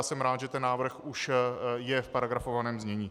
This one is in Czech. Jsem rád, že ten návrh už je v paragrafovaném znění.